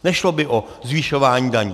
Nešlo by o zvyšování daní.